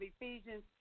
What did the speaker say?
Ephesians